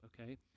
okay